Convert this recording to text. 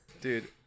Dude